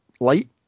light